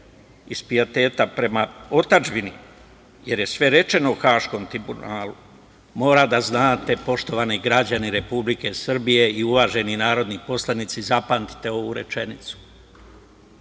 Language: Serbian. iz pijeteta prema otadžbini, jer je sve rečeno u Haškom tribunalu, mora da znate, poštovani građani Republike Srbije i uvaženi narodni poslanici, zapamtite ovu rečenicu,